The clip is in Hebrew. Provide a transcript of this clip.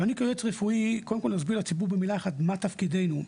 כיועץ רפואי קודם כל נסביר לציבור במילה אחת מה תפקידנו.